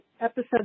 episode